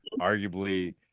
arguably